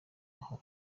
aho